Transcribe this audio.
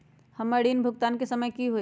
हमर ऋण भुगतान के समय कि होई?